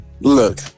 Look